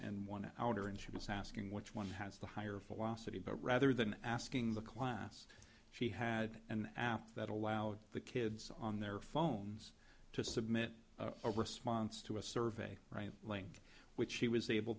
and one outer and she was asking which one has the higher philosophy but rather than asking the class she had an app that allowed the kids on their phones to submit a response to a survey link which she was able